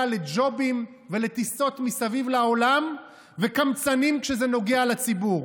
לג'ובים ולטיסות מסביב לעולם וקמצנים כשזה נוגע לציבור.